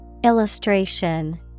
Illustration